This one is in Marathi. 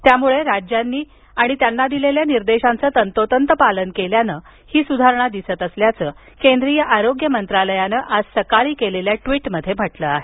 त्याम्ळे आणि राज्यांनी त्यांना दिलेल्या निर्देशांचे तंतोतंत पालन केल्याने ही सुधारणा दिसत असल्याचं केंद्रीय आरोग्य मंत्रालयानं आज सकाळी केलेल्या ट्वीटमध्ये म्हटलं आहे